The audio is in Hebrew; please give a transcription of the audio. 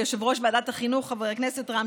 ליושב-ראש ועדת החינוך חבר הכנסת רם